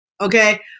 okay